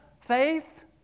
faith